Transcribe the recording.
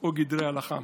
או גדרי הלכה.